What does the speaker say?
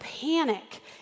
panic